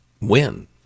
win